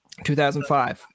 2005